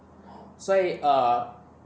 所以 err